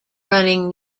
running